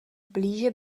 blíže